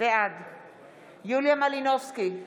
בעד יוליה מלינובסקי קונין,